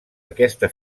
aquesta